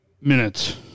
minutes